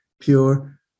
pure